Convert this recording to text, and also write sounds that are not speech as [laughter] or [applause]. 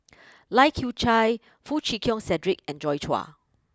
[noise] Lai Kew Chai Foo Chee Keng Cedric and Joi Chua